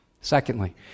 Secondly